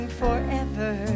forever